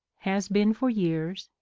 has been for years,